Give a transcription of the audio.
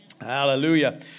hallelujah